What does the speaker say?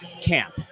camp